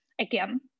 again